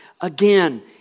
again